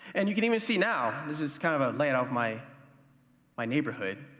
and you can even see now, this is kind of a layout of my my neighborhood,